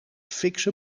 fikse